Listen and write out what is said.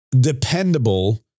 dependable